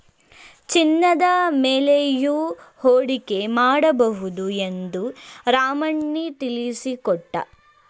ಚಿನ್ನದ ಮೇಲೆಯೂ ಹೂಡಿಕೆ ಮಾಡಬಹುದು ಎಂದು ರಾಮಣ್ಣ ತಿಳಿಸಿಕೊಟ್ಟ